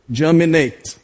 germinate